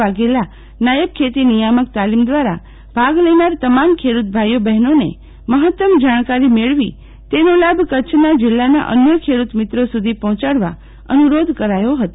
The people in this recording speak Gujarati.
વાઘેલા નાયબ ખેતી નિયામક તાલીમ દ્વારા ભાગ લેનાર તમામ ખેડૂતભાઈઓ બફેનોને મફતમ જાણકારી મેળવી તેનો લાભ કચ્છના જીલ્લાના અન્ય ખેડૂત મિત્રો સુધી પહોંચાડવા અનુરોધ કરાયો હતો